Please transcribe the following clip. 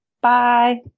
Bye